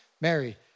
Mary